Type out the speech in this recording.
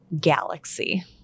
galaxy